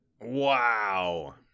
Wow